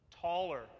taller